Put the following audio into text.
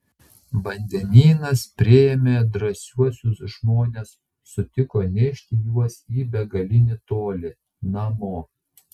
vandenynas priėmė drąsiuosius žmones sutiko nešti juos į begalinį tolį namo